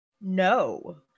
No